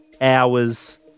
hours